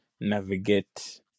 navigate